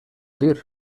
dir